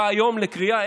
בא היום לקריאה,